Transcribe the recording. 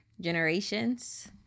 generations